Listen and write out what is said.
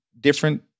different